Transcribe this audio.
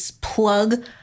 plug